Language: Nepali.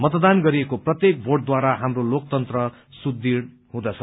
मतदान गरिएको प्रत्येक भोटद्वारा हाम्रो लोकतन्त्र सुदृढ़ हुँदछ